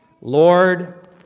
Lord